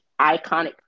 iconic